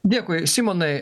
dėkui simonai